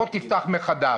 בוא תפתח מחדש.